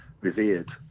revered